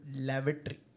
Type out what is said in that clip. lavatory